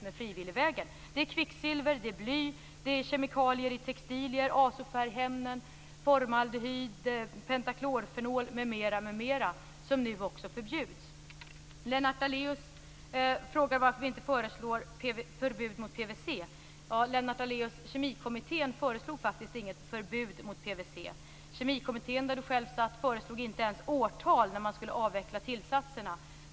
Det som nu förbjuds är kvicksilver, bly, kemikalier i textilier, azofärgämnen, formaldehyd, pentaklorfenol m.m. Lennart Daléus frågar varför vi inte föreslår förbud mot PVC. Lennart Daléus! Kemikommittén föreslog faktiskt inget förbud mot PVC. Denna kommitté, där Lennart Daléus själv satt, föreslog inte ens årtal för avveckling av tillsatserna.